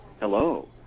Hello